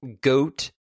Goat